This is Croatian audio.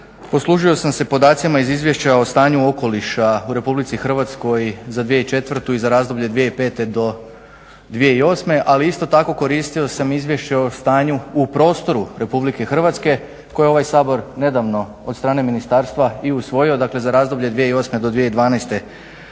poslužio sam se podacima iz Izvješća o stanju okoliša u RH za 2004. i za razdoblje 2005. do 2008., ali isto tako koristio sam Izvješće o stanju u prostoru RH koje je ovaj Sabor nedavno od strane ministarstva i usvojio, dakle za razdoblje 2008. do 2012. godine.